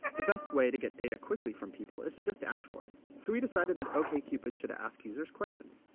the best way to get data quickly from people is to just ask for it. so we decided that okcupid should ask users questions,